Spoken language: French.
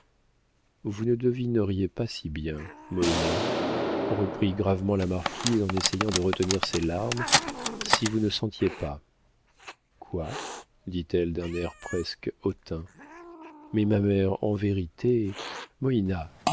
vous ne devineriez pas si bien moïna reprit gravement la marquise en essayant de retenir ses larmes si vous ne sentiez pas quoi dit-elle d'un air presque hautain mais ma mère en vérité